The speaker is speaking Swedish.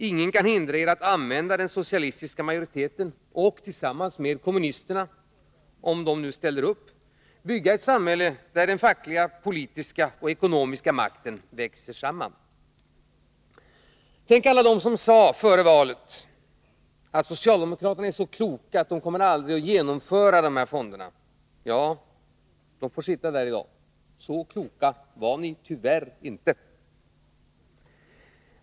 Ingen kan hindra er att använda den socialistiska majoriteten och tillsammans med kommunisterna, om de nu ställer upp, bygga ett samhälle där den fackliga, politiska och ekonomiska makten växer samman. Tänk — alla de som före valet sade: Socialdemokraterna är så kloka att de aldrig kommer att genomföra fonderna. De får sitta där i dag, för så kloka var socialdemokraterna tyvärr inte.